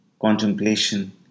Contemplation